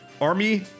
Army